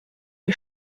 die